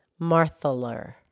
Marthaler